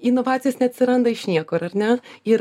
inovacijos neatsiranda iš niekur ar ne ir